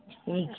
ٹھیک